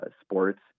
sports